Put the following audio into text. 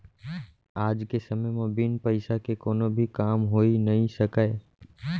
आज के समे म बिन पइसा के कोनो भी काम होइ नइ सकय